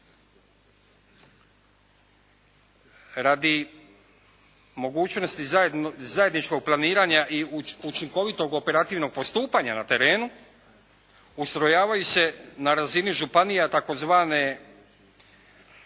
Radi mogućnosti zajedničkog planiranja i učinkovitog operativnog postupanja na terenu, ustrojavaju se na razini županiji tzv.